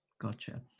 gotcha